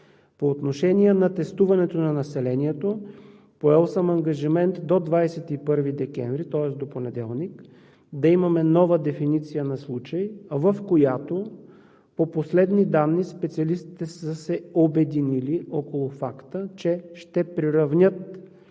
По отношение на тестуването на населението съм поел ангажимент до 21 декември, тоест до понеделник, да имаме нова дефиниция на случаи, в която по последни данни специалистите са се обединили около факта, че ще приравнят